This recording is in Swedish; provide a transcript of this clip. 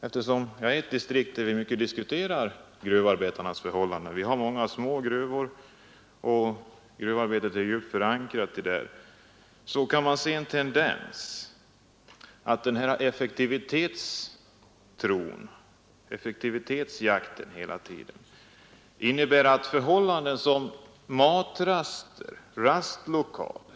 Eftersom jag kommer från ett distrikt där gruvarbetarnas förhållanden diskuteras mycket — det finns många små gruvor och gruvarbetet är djupt förankrat där — kan man se en tendens till att arbetsförhållandena på grund av effektivitetsjakten hela tiden försämras betydligt; det gäller exempelvis matraster och rastlokaler.